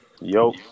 yo